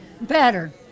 Better